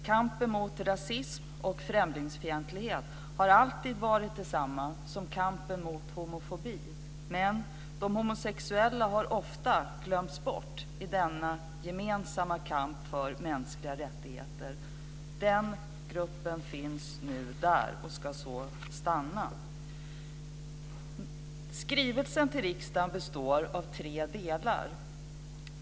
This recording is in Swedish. Kampen mot rasism och främlingsfientlighet har alltid varit detsamma som kampen mot homofobi, men de homosexuella har ofta glömts bort i denna gemensamma kamp för mänskliga rättigheter. Den gruppen finns nu där och ska så stanna. Skrivelsen till riksdagen består av tre delar.